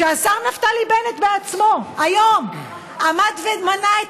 שהשר נפתלי בנט בעצמו היום עמד ומנה את